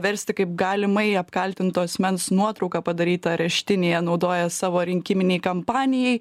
versti kaip galimai apkaltinto asmens nuotrauką padarytą areštinėje naudoja savo rinkiminei kampanijai